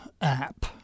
app